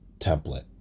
template